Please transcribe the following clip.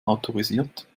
autorisiert